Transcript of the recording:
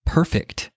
Perfect